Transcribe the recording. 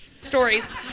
stories